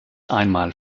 einmal